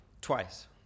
Twice